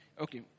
okay